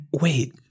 Wait